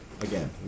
Again